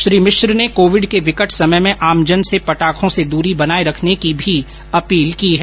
श्री मिश्र ने कोविड के विकट समय में आमजन से पटाखों से दूरी बनाए रखने की भी अपील की है